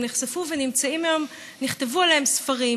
הם נחשפו ונכתבו עליהם ספרים.